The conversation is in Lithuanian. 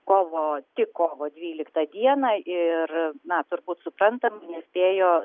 kovo tik kovo dvyliktą dieną ir na turbūt suprantam nespėjo